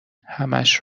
همش